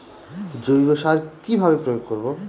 জৈব সার কি ভাবে প্রয়োগ করব?